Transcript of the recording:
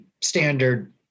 standard